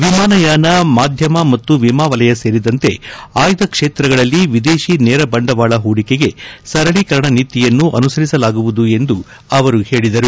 ವಿಮಾನಯಾನ ಮಾಧ್ಯಮ ಮತ್ತು ವಿಮಾ ವಲಯ ಸೇರಿದಂತೆ ಆಯ್ದ ಕ್ಷೇತ್ರಗಳಲ್ಲಿ ವಿದೇಶಿ ನೇರ ಬಂಡವಾಳ ಹೂಡಿಕೆಗೆ ಸರಳೀಕರಣ ನೀತಿಯನ್ನು ಅನುಸರಿಸಲಾಗುವುದು ಎಂದು ಅವರು ಹೇಳಿದರು